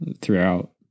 throughout